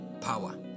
Power